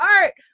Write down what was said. art